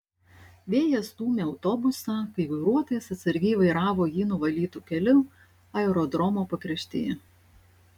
vėjas stūmė autobusą kai vairuotojas atsargiai vairavo jį nuvalytu keliu aerodromo pakraštyje